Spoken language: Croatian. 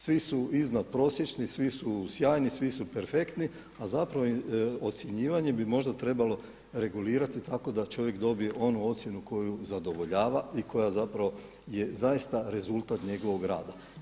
Svi su iznad prosječni, svi su sjajni, svi su perfektni a zapravo ocjenjivanje bi možda trebalo regulirati tako da čovjek dobije onu ocjenu koju zadovoljava i koja zapravo je zaista rezultat njegovog rada.